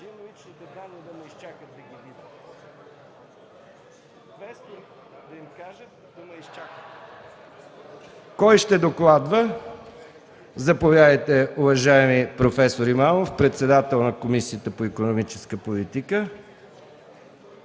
Кой ще докладва? Заповядайте, уважаеми проф. Имамов – председател на Комисията по икономическата политика